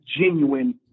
genuine